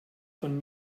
von